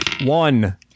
One